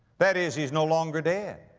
that is, he's no longer dead.